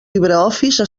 libreoffice